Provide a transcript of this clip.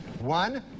one